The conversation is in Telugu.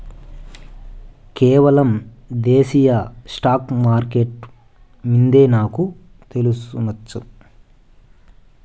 కేవలం దేశీయ స్టాక్స్ మార్కెట్లు మిందే నాకు తెల్సు నప్పా